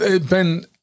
Ben